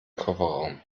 kofferraum